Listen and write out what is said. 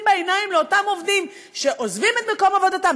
בעיניים לאותם עובדים שעוזבים את מקום עבודתם,